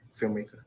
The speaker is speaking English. filmmaker